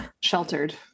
sheltered